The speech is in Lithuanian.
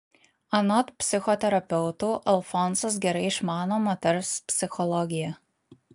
anot psichoterapeutų alfonsas gerai išmano moters psichologiją